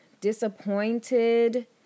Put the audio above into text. disappointed